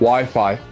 Wi-Fi